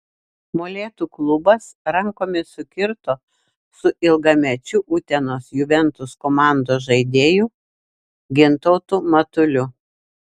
molėtų klubas rankomis sukirto su ilgamečiu utenos juventus komandos žaidėju gintautu matuliu